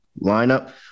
lineup